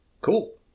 Cool